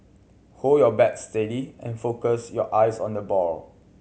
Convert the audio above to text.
hold your bat steady and focus your eyes on the ball